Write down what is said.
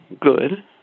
good